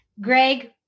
Greg